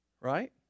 Right